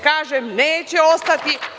Kažem – neće ostati.